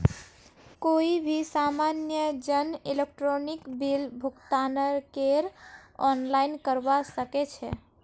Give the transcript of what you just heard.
कोई भी सामान्य जन इलेक्ट्रॉनिक बिल भुगतानकेर आनलाइन करवा सके छै